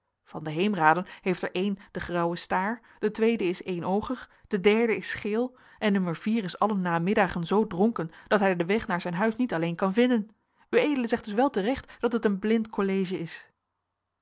van de heemraden heeft er een de grauwe staar de tweede is eenoogig de derde is scheel en nummer vier is alle namiddagen zoo dronken dat hij den weg naar zijn huis niet alleen kan vinden ued zegt dus wel te recht dat het een blind college is